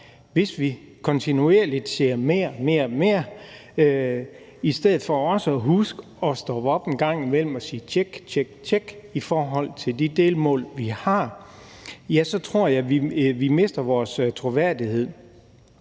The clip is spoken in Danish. siger, at der skal ske mere og mere, i stedet for også at huske at stoppe op en gang imellem og tjekke og sætte kryds ved de delmål, vi har nået, så tror jeg vi mister vores troværdighed.